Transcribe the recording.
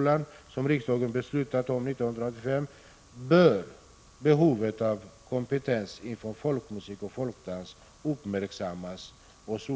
lan, som riksdagen beslutat om 1985, bör behovet av kompetens inom folkmusik och folkdans uppmärksammas hos